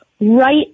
right